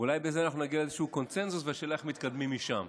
אולי בזה אנחנו נגיע לאיזשהו קונסנזוס ולשאלה איך מתקדמים משם.